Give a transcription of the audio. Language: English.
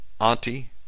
Auntie